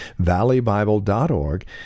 valleybible.org